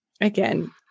again